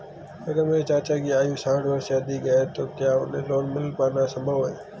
अगर मेरे चाचा की आयु साठ वर्ष से अधिक है तो क्या उन्हें लोन मिल पाना संभव है?